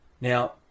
Now